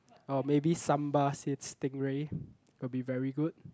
or maybe sambal stingray will be very good